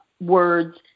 words